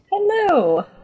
Hello